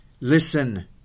Listen